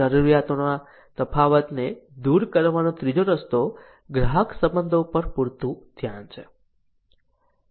જરૂરિયાતોના તફાવતને દૂર કરવાનો ત્રીજો રસ્તો ગ્રાહક સંબંધો પર પૂરતું ધ્યાન છે